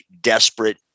desperate